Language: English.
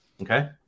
okay